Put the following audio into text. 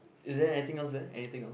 is there anything else there anything else